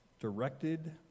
directed